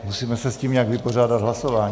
Musíme se s tím nějak vypořádat hlasováním.